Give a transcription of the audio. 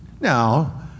Now